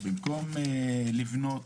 במקום לבנות